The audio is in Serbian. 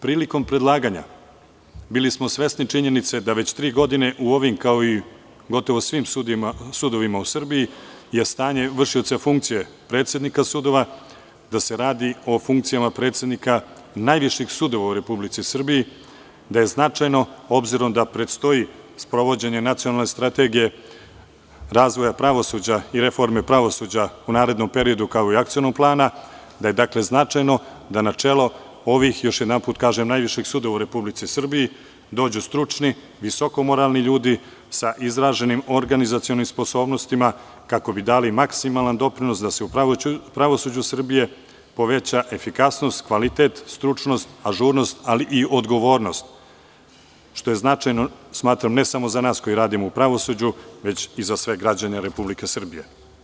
Prilikom predlaganja bili smo svesni činjenice da već tri godine u ovim, kao i gotovo svim sudovima u Srbiji je stanje vršioca funkcije predsednika sudova, da se radi o funkcijama predsednika najviših sudova u Republici Srbiji, da je značajno, obzirom da predstoji sprovođenje nacionalne strategije razvoja pravosuđa i reforme pravosuđa u narednom periodu, kao i akcionog plana, da je dakle, značajno da na čelo ovih, još jednom kažem najviših sudova u Republici Srbiji dođu stručni, visoko moralni ljudi, sa izraženim organizacionim sposobnostima, kako bi dali maksimalan doprinos da se u pravosuđu Srbije poveća efikasnost, kvalitet, stručnost, ažurnost, ali i odgovornost, što je značajno, ne samo za nas koji radimo u pravosuđu, već i za sve građane Republike Srbije.